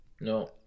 No